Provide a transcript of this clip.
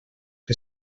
que